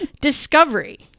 discovery